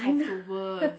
I know